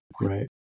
Right